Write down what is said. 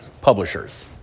Publishers